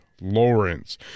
Lawrence